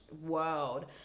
world